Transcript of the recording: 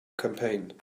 campaign